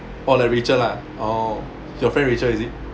or like rachel lah orh your friend rachel is it